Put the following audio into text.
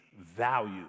value